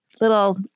little